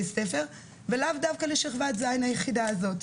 הספר ולאו דווקא לשכבת ז' היחידה הזאת.